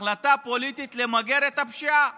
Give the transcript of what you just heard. החלטה פוליטית למגר את הפשיעה